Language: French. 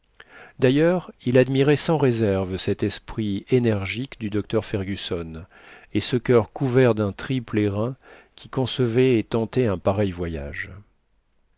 d'ailleurs il admirait sans réserve cet esprit énergique du docteur fergusson et ce cur couvert d'un triple airain qui concevait et tentait un pareil voyage